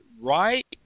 right